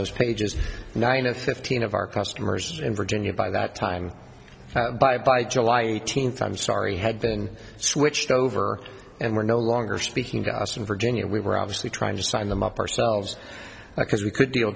those pages nine of fifteen of our customers in virginia by that time by by july eighteenth i'm sorry had been switched over and were no longer speaking to us in virginia we were obviously trying to sign them up ourselves because we could deal